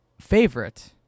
favorite